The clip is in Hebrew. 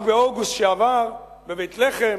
רק באוגוסט שעבר, בבית-לחם,